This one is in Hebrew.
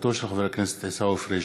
הצעתו של חבר הכנסת עיסאווי